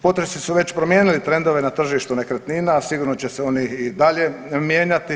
Potresi su već promijenili trendove na tržištu nekretnina, a sigurno će se oni i dalje mijenjati.